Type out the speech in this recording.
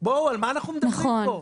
על מה אנחנו מדברים כאן?